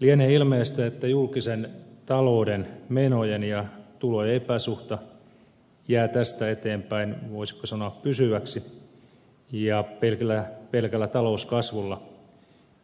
lienee ilmeistä että julkisen talouden menojen ja tulojen epäsuhta jää tästä eteenpäin voisiko sanoa pysyväksi ja pelkällä talouskasvulla